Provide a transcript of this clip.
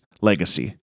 legacy